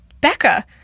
Becca